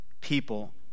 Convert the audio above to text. people